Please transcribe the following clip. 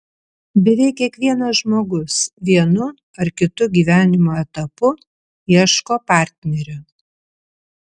beveik kiekvienas žmogus vienu ar kitu gyvenimo etapu ieško partnerio